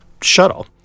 shuttle